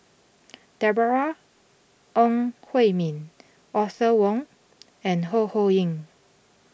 Deborah Ong Hui Min Arthur Fong and Ho Ho Ying